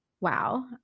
wow